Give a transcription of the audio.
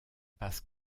passent